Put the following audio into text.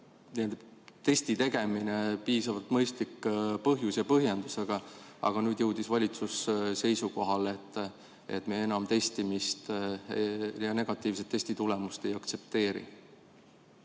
testi tegemine piisavalt mõistlik põhjus ja põhjendus, aga nüüd jõudis valitsus seisukohale, et me enam testimist ja negatiivset testitulemust ei aktsepteeri.